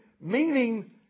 meaning